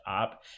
up